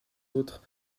autres